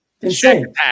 Insane